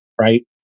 right